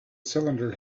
cylinder